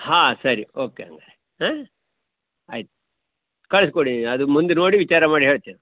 ಹಾಂ ಸರಿ ಓಕೆ ಹಂಗಾರೆ ಆಂ ಆಯಿತು ಕಳಿಸ್ಕೊಡಿ ಅದು ಮುಂದೆ ನೋಡಿ ವಿಚಾರ ಮಾಡಿ ಹೇಳ್ತೆವೆ